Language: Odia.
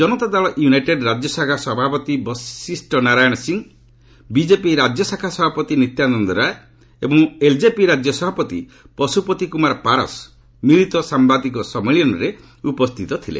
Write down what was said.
ଜନତାଦଳ ୟୁନାଇଟେଡ୍ ରାଜ୍ୟଶାଖା ସଭାପତି ବଶିଷ୍ଠ ନାରାୟଣ ସିଂ ବିଜେପି ରାଜ୍ୟଶାଖା ସଭାପତି ନିତ୍ୟାନନ୍ଦ ରାୟ ଏବଂ ଏଲ୍ଜେପି ରାଜ୍ୟ ସଭାପତି ପଶୁପତି କୁମାର ପାରସ୍ ମିଳିତ ସାମ୍ବାଦିକ ସମ୍ମିଳନୀରେ ଉପସ୍ଥିତ ଥିଲେ